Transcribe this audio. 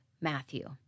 Matthew